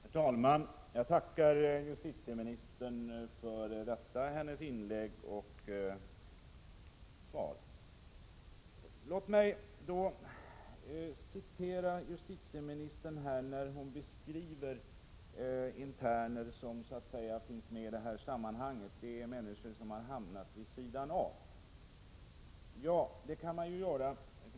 Herr talman! Jag tackar justitieministern för hennes inlägg och svar. Låt mig citera justitieministern när hon beskriver interner som finns med i dessa sammanhang. Hon säger att det är människor som har hamnat vid sidan om. Ja, så kan man tycka.